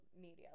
media